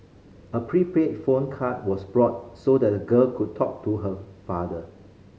a prepaid phone card was bought so that the girl could talk to her father